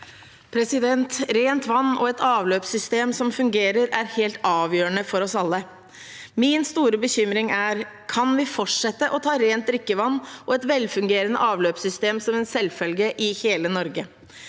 Rent vann og et avløpssystem som fungerer, er helt avgjørende for oss alle. Min store bekymring er: Kan vi fortsette å ta rent drikkevann og et velfungerende avløpssystem som en selvfølge i hele Norge?